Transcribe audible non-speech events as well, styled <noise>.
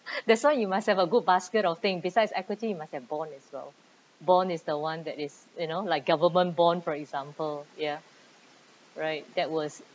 <laughs> that's why you must have a good basket of thing besides equity you must have bond as well bond is the one that is you know like government bond for example ya right that was